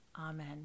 Amen